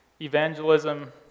evangelism